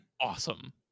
awesome